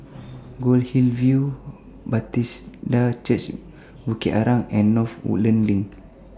Goldhill View Bethesda Church Bukit Arang and North Woodlands LINK